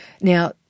Now